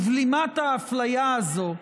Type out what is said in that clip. ובלימת האפליה הזו,